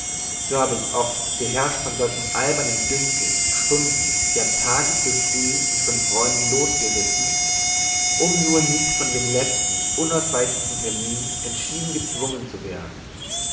so habe ich oft beherrscht von solchem albernen dünkel stunden ja tage zu früh mich von freunden losgerissen um nur nicht von dem letzten unausweichlichen termin entschieden gezwungen zu werden